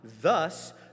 Thus